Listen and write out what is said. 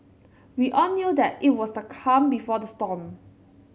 we all knew that it was the calm before the storm